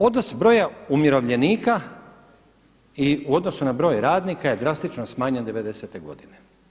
Odnos broja umirovljenika i u odnosu na broj radnika je drastično smanjen 90. te godine.